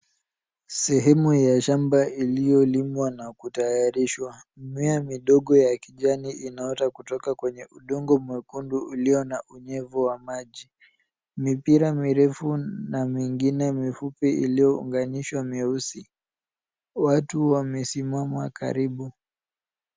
Sehemu ya shamba iliyolimwa na kutayarishwa. Mimea midogo ya kijani inaota kutoka kwenye udongo mwekundu ulio na unyevu wa maji. Mipira mirefu na mingine mifupi iliyounganishwa nyeusi. Watu wamesimama karibu.